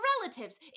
relatives